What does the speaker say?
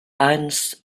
hans